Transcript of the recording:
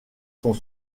sont